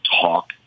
talk